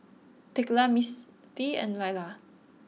Thekla Misti and Laila